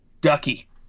ducky